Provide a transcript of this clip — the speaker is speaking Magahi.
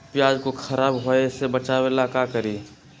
प्याज को खराब होय से बचाव ला का करी?